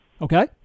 Okay